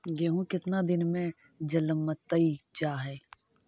गेहूं केतना दिन में जलमतइ जा है?